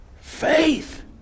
Faith